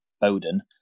Bowden